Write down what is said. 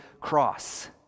cross